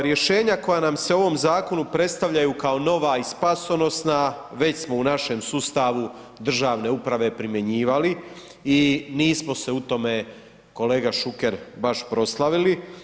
Rješenja koja nam je se u ovom zakonu predstavljaju kao nova i spasonosna, već smo u našem sustavu državne uprave primjenjivali i nismo se u tome kolega Šuker, baš proslavili.